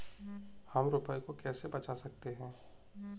हम रुपये को कैसे बचा सकते हैं?